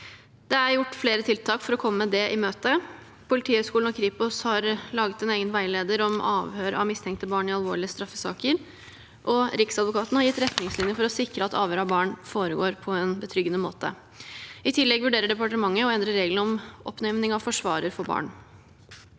Det er gjort flere tiltak for å komme det i møte. Politihøgskolen og Kripos har laget en egen veileder om avhør av mistenkte barn i alvorlige straffesaker, og Riksadvokaten har gitt retningslinjer for å sikre at avhør av barn foregår på en betryggende måte. I tillegg vurderer departementet å endre reglene om oppnevning av forsvarer for barn.